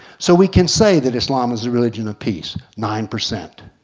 so we can say that islam is a religion of peace nine-percent.